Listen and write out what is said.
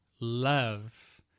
love